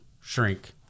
shrink